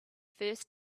first